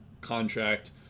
contract